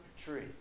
tree